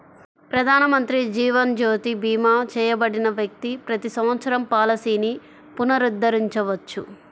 ప్రధానమంత్రి జీవన్ జ్యోతి భీమా చేయబడిన వ్యక్తి ప్రతి సంవత్సరం పాలసీని పునరుద్ధరించవచ్చు